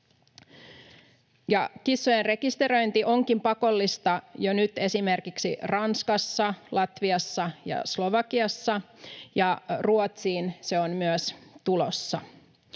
Kissojen rekisteröinti onkin pakollista jo nyt esimerkiksi Ranskassa, Latviassa ja Slovakiassa, ja myös Ruotsiin se on tulossa.